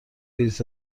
بلیط